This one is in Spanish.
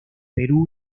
perú